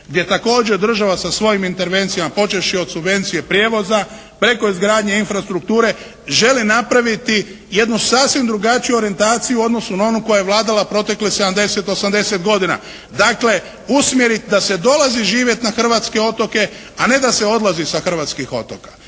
gdje također država sa svojim intervencijama počevši od subvencije prijevoza preko izgradnje infrastrukture želi napraviti jednu sasvim drugačiju orijentaciju u odnojsu na onu koja je vladala proteklih 70, 80 godina. Dakle usmjeriti da se dolazi živjeti na hrvatske otoke, a ne da se odlazi sa hrvatskih otoka.